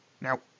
Now